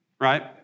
right